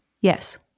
Yes